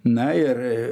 na ir